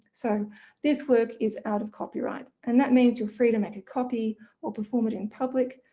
so this work is out of copyright, and that means you're free to make a copy or perform it in public.